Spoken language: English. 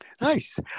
Nice